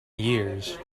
years